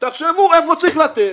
תחשבו היכן צריך לתת